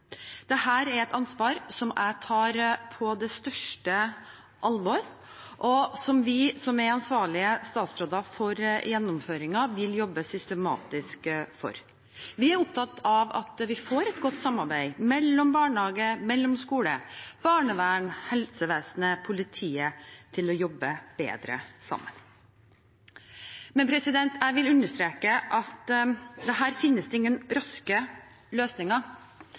er et ansvar som jeg tar på det største alvor, og vi som er ansvarlige statsråder for gjennomføringen, vil jobbe systematisk for dette. Vi er opptatt av at vi får et godt samarbeid mellom barnehager, skoler, barnevern, helsevesenet og politiet, for at vi kan jobbe bedre sammen. Jeg vil understreke at her finnes det ingen raske løsninger,